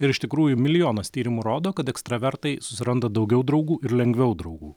ir iš tikrųjų milijonas tyrimų rodo kad ekstravertai susiranda daugiau draugų ir lengviau draugų